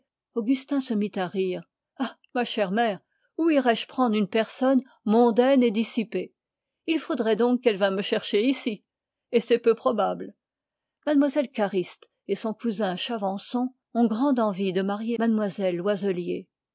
augustin se mit à rire ah ma chère mère où irais-je prendre une personne mondaine et dissipée il faudrait donc qu'elle vînt me chercher ici et c'est peu probable mlle cariste et son cousin chavançon ont grande envie de marier mlle